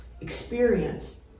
experience